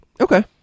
Okay